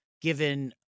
given